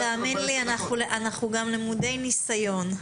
תאמין לי, אנחנו גם למודי ניסיון.